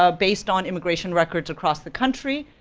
ah based on immigration records across the country,